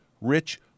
rich